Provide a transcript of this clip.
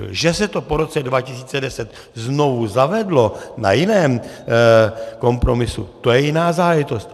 Že se to po roce 2010 znovu zavedlo na jiném kompromisu, to je jiná záležitost.